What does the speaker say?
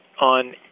on